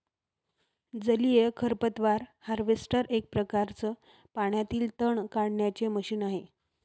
जलीय खरपतवार हार्वेस्टर एक प्रकारच पाण्यातील तण काढण्याचे मशीन आहे